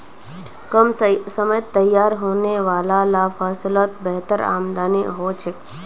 कम समयत तैयार होने वाला ला फस्लोत बेहतर आमदानी होछे